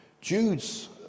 Jude's